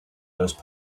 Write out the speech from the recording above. those